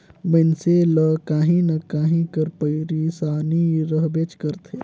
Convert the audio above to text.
मइनसे ल काहीं न काहीं कर पइरसानी रहबेच करथे